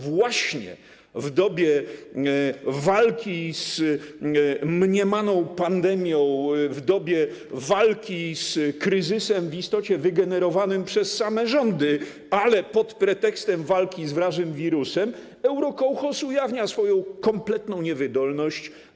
Właśnie w dobie walki z mniemaną pandemią, w dobie walki z kryzysem w istocie wygenerowanym przez same rządy, ale pod pretekstem walki z wrażym wirusem, eurokołchoz ujawnia swoją kompletną niewydolność.